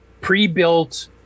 pre-built